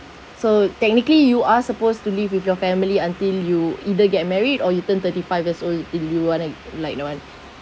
so technically you are supposed to live with your family until you either get married or you turn thirty five years old if you want to like the one